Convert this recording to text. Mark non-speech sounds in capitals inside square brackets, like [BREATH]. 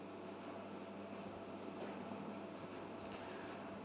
[BREATH]